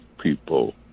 people